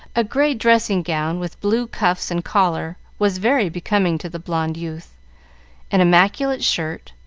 a gray dressing-gown, with blue cuffs and collar, was very becoming to the blonde youth an immaculate shirt,